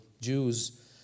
Jews